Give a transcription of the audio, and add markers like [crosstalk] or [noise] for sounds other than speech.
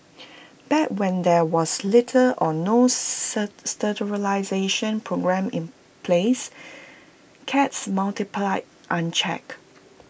back when there was little or no [noise] sterilisation programme in place cats multiplied unchecked